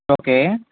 okay